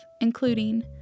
including